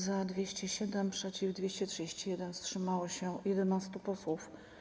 Za - 207, przeciw - 231, wstrzymało się 11 posłów.